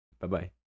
Bye-bye